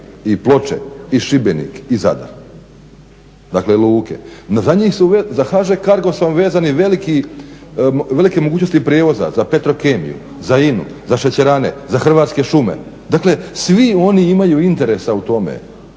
i Ploče i Šibenik i Zadar. Dakle, luke. Za HŽ Cargo su vam vezani velike mogućnosti prijevoza za Petrokemiju, za INA-u, za šećerane, za Hrvatske šume. Dakle, svi oni imaju interesa u tome.